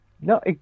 No